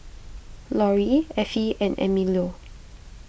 Lorri Effie and Emilio